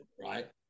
right